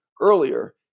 earlier